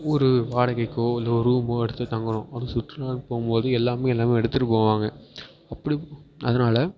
ஒரு வாடகைக்கோ இல்லை ஒரு ரூமோ எடுத்து தங்கணும் அதுவும் சுற்றுலாவுக்கு போகும்போது எல்லாமே எல்லாமே எடுத்துகிட்டு போவாங்க அப்படி அதனாலே